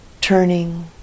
turning